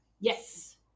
Yes